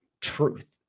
truth